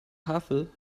havel